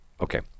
Okay